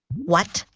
what,